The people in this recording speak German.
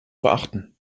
beachten